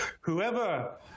whoever